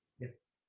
Yes